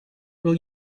will